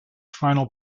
final